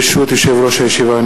ברשות יושב-ראש הישיבה,